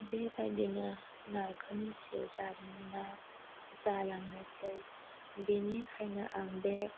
बेबादिनो नारखोनि जिउ जारिमिना जालांनायसै बिनिखायनो आं बे